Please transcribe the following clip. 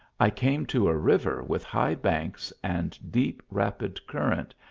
i came to a river with high banks and deep rapid current,